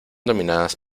dominadas